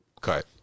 Cut